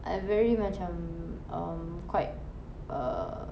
I very macam um quite err